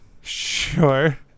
Sure